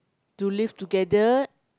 to live together